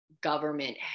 government